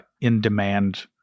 in-demand